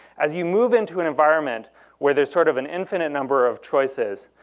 as you move into an environment where there's sort of an infinite number of choices,